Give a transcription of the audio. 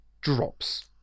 drops